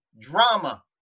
drama